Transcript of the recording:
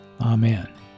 Amen